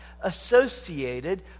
associated